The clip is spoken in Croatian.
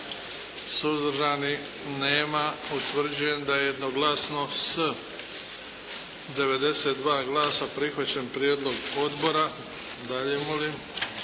Suzdržan? Nema. Utvrđujem da je jednoglasno s 93 glasa prihvaćen prijedlog odbora. Molim